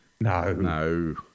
No